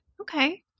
Okay